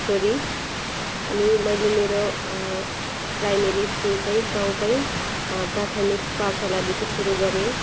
छोरी अनि मैले मेरो प्राइमेरी स्कुल चाहिँ गाउँकै प्राथमिक पाठशालादेखि सुरु गरेँ